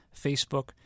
Facebook